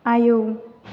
आयौ